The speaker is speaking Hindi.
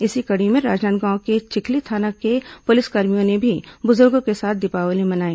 इसी कड़ी में राजनांदगांव के चिखली थाना के पुलिसकर्मियों ने भी बुजुर्गों के साथ दीपावली मनाई